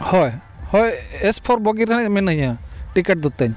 ᱦᱳᱭ ᱦᱳᱭ ᱮᱥ ᱯᱷᱳᱨ ᱵᱩᱜᱤ ᱨᱮᱦᱟᱸᱜ ᱢᱤᱱᱟᱹᱧᱟ ᱴᱤᱠᱮᱴ ᱫᱚ ᱛᱤᱧ